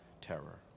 terror